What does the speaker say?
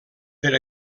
per